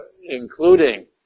including